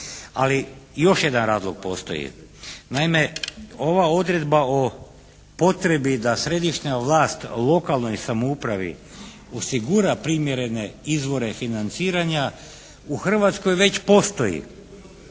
Ali još jedan razlog postoji. Naime ova odredba o potrebi da središnja vlast lokalnoj samoupravi osigura primjerene izvore financiranja u Hrvatskoj već postoji